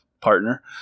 partner